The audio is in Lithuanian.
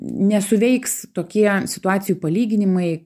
nesuveiks tokie situacijų palyginimai